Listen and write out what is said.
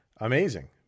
amazing